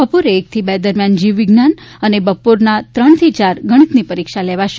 બપોરે એકથી બે દરમિયાન જીવવિજ્ઞાન અને બપોરના ત્રણથી ચાર ગણિતની પરીક્ષા લેવાશે